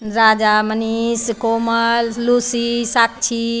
Raja Manish Komal Lucy Sakshi